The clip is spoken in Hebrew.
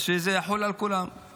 אז שזה יחול על כולם,